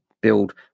build